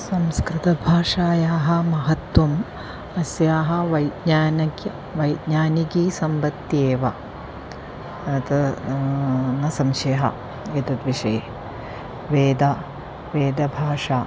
संस्कृतभाषायाः महत्वम् अस्याः वैज्ञानकी वैज्ञानिकी सम्बन्ध्येव अतः न संशयः एतद्विषये वेदः वेदभाषा